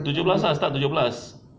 tujuh belas ah start tujuh belas